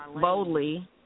boldly